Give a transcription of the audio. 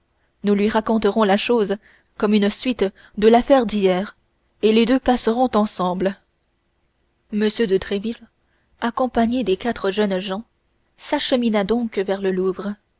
nous lui raconterons la chose comme une suite de l'affaire d'hier et les deux passeront ensemble m de tréville accompagné des quatre jeunes gens s'achemina donc vers le louvre